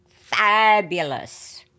fabulous